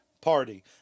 Party